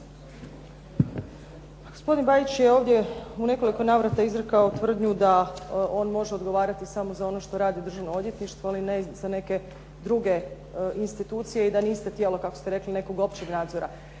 Gospodin Bajić je ovdje u nekoliko navrata izrekao tvrdnju da on može odgovarati samo za ono što radi Državno odvjetništvo, ali ne i za neke druge institucije i da niste tijelo kako ste rekli nekog općeg nadzora.